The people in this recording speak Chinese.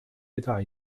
巨大